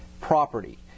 property